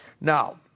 Now